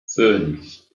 fünf